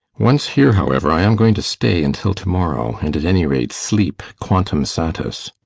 once here, however, i am going to stay until to-morrow, and at any rate sleep quantum satis.